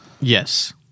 Yes